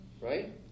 right